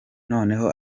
noneho